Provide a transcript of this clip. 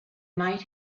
might